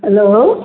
hello